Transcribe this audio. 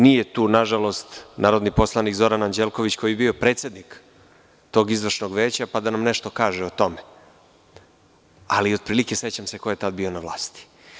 Nije tu, nažalost, narodni poslanik Zoran Anđelković koji je bio predsednik tog Izvršnog veća, pa da nam nešto kaže o tome, ali sećam se ko je tada bio na vlasti.